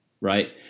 right